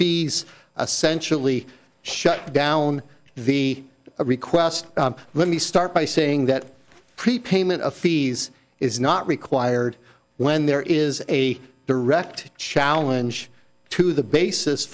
fees a sensually shutdown the request let me start by saying that prepayment of fees is not required when there is a direct challenge to the basis